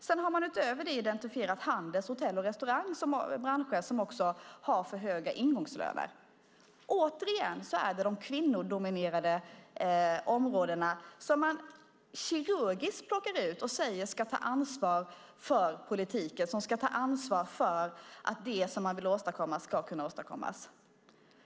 Sedan har man utöver detta identifierat Handels och Hotell och restaurang som branscher som också har för höga ingångslöner. Återigen är det de kvinnodominerade områdena som man kirurgiskt plockar ut och säger ska ta ansvar för politiken, som ska ta ansvar för att det som man vill åstadkomma ska kunna åstadkommas.